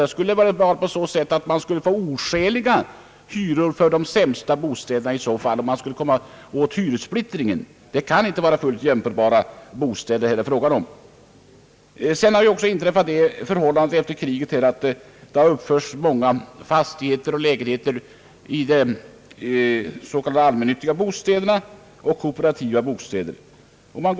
Det skulle bara bli så att oskäliga hyror togs ut för de sämsta bostäderna, om man på det sättet ville komma åt hyressplittringen. Men det är inte jämförbara bostäder som det här är fråga om. Ytterligare ett förhållande i bostadssituationen har inträffat efter kriget. Många fastigheter och lägenheter har uppförts av s.k. allmännyttiga och kooperativa bostadsföretag.